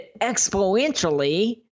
exponentially